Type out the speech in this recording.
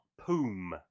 Poom